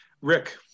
Rick